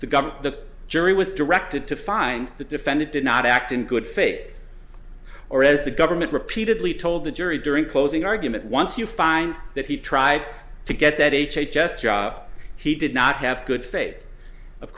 government the jury was directed to find the defendant did not act in good faith or as the government repeatedly told the jury during closing argument once you find that he tried to get that h h s job he did not have good faith of